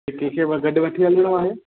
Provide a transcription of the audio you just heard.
कंहिंखे मां गॾु वठी हलणो आहे